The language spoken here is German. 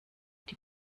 die